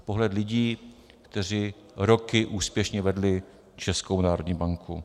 To je pohled lidí, kteří roky úspěšně vedli Českou národní banku.